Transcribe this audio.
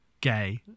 Gay